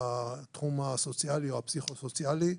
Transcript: והתחום הסוציאלי או הפסיכו-סוציאלי.